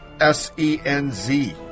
S-E-N-Z